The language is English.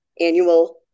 annual